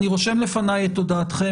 אני רושם לפניי את הודעתכם